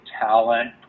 talent